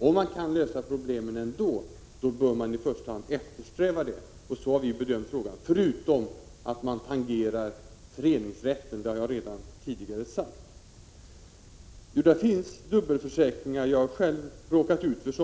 Om man kan lösa problemen utan lagstiftning bör man i första hand eftersträva detta. Så har vi bedömt frågan. Detta gäller än mer om man tangerar föreningsrätten, som jag redan tidigare har sagt. Det förekommer dubbelförsäkringar. Jag har själv råkat ut för det.